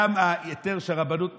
גם ההיתר שהרבנות נתנה,